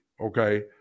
Okay